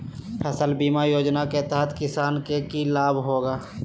फसल बीमा योजना के तहत किसान के की लाभ होगा?